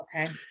Okay